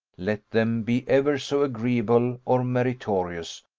let them be ever so agreeable or meritorious,